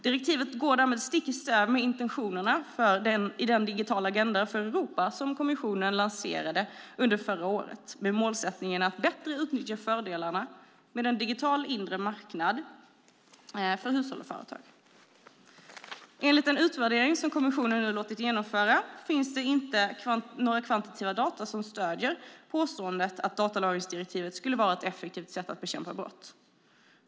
Direktivet går därmed stick i stäv med intentionerna i den digitala agenda för Europa som kommissionen lanserade under förra året med målsättningen att bättre utnyttja fördelarna med en digital inre marknad för hushåll och företag. Enligt en utvärdering som kommissionen har låtit genomföra finns det inte några kvantitativa data som stöder påståendet att datalagringsdirektivet skulle vara ett effektivt sätt att bekämpa brott.